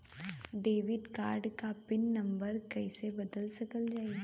Debit card क pin number कइसे बदल सकत हई?